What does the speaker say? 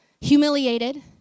humiliated